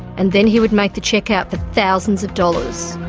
and then he would make the cheque out for thousands of dollars.